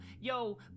Yo